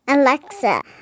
Alexa